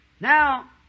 Now